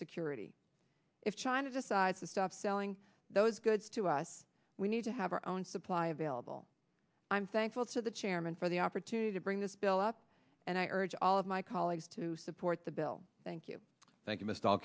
security if china decides to stop selling those goods to us we need to have our own supply available i'm thankful to the chairman for the opportunity to bring this bill up and i urge all of my colleagues to support the bill thank you thank you m